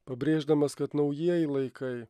pabrėždamas kad naujieji laikai